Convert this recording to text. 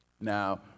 Now